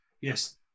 yes